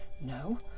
No